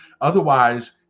Otherwise